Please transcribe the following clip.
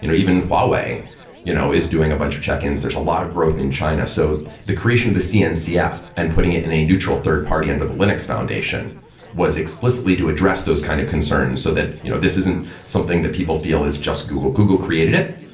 you know even huawei you know is doing a bunch of check-ins. there's a lot of growth in china. so the creation of the cncf and putting in a neutral third-party into the linux foundation was explicitly to address those kind of concern so that you know this isn't something that people feel is just google. google created it.